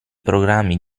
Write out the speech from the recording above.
programmi